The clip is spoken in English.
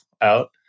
out